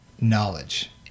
knowledge